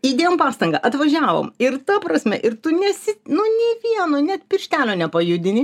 įdėjom pastangą atvažiavom ir ta prasme ir tu nesi nu nė vieno net pirštelio nepajudini